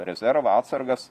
rezervą atsargas